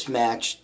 match